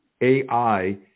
AI